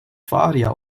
varia